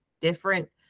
different